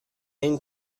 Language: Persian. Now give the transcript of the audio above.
این